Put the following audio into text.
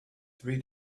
three